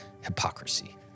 hypocrisy